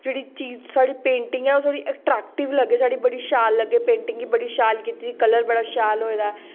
जेह्ड़ी चीज साढ़ी पेंटिंग ऐ ओह् थोड़ी ऐट्रैक्टिव लग्गै साढ़ी बड़ी शैल लग्गै पेंटिग गी बड़ी शैल कीती कलर बड़ा शैल होए दा ऐ